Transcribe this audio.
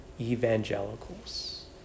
evangelicals